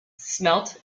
smelt